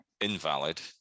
invalid